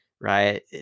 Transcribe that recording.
Right